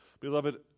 Beloved